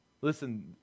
Listen